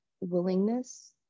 willingness